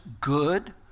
good